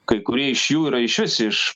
kai kurie iš jų yra išvis iš